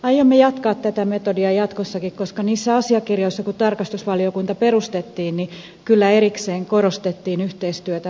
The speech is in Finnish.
aiomme jatkaa tätä metodia jatkossakin koska niissä asiakirjoissa kun tarkastusvaliokunta perustettiin kyllä erikseen korostettiin yhteistyötä asiantuntijavaliokuntien kautta